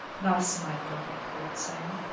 thus my orphic poet sang.